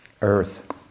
earth